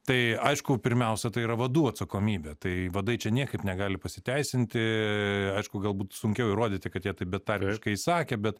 tai aišku pirmiausia tai yra vadų atsakomybė tai vadai čia niekaip negali pasiteisinti aišku galbūt sunkiau įrodyti kad jie taip betarpiškai įsakė bet